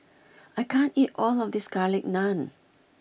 I can't eat all of this Garlic Naan